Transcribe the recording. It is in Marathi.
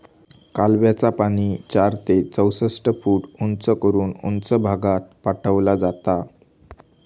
कालव्याचा पाणी चार ते चौसष्ट फूट उंच करून उंच भागात पाठवला जाता